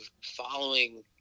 following